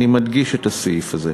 אני מדגיש את הסעיף הזה.